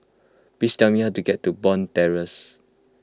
please tell me how to get to Bond Terrace